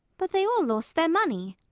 but they all lost their money.